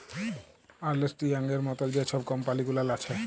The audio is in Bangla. আর্লেস্ট ইয়াংয়ের মতল যে ছব কম্পালি গুলাল আছে